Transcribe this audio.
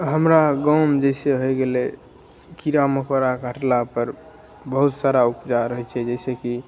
हमरा गाँवमे जैसे होइ गेलै कीड़ा मकोड़ा काटला पर बहुत सारा ऊपचार होइ छै जैसे की